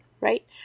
right